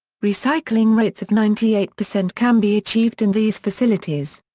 recycling rates of ninety eight percent can be achieved in these facilities.